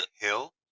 hill